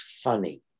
funny